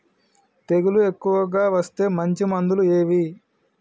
తెగులు ఎక్కువగా వస్తే మంచి మందులు ఏవి?